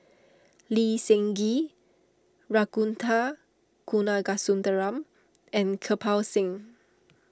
Lee Seng Gee Ragunathar Kanagasuntheram and Kirpal Singh